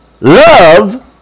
Love